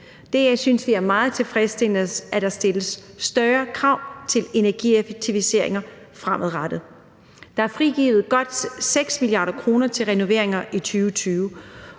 Vi synes, det er meget tilfredsstillende, at der stilles større krav til energieffektiviseringer fremadrettet. Der er frigivet godt 6 mia. kr. til renoveringer i 2020,